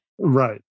Right